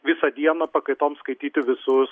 visą dieną pakaitom skaityti visus